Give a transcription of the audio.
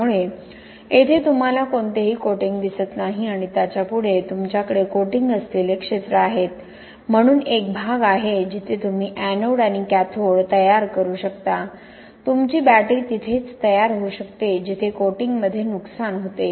त्यामुळे येथे तुम्हाला कोणतेही कोटिंग दिसत नाही आणि त्याच्या पुढे तुमच्याकडे कोटिंग असलेले क्षेत्र आहेत म्हणून एक भाग आहे जिथे तुम्ही एनोड आणि कॅथोड तयार करू शकता तुमची बॅटरी तिथेच तयार होऊ शकते जिथे कोटिंगमध्ये नुकसान होते